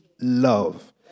love